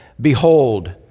Behold